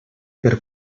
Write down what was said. per